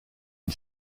une